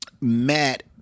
Matt